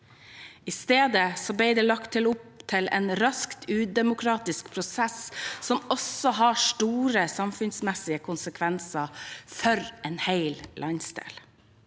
I stedet ble det lagt opp til en rask, udemokratisk prosess, som også har store samfunnsmessige konsekvenser for en hel landsdel.